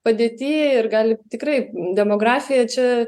padėty ir gali tikrai demografija čia